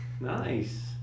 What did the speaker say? Nice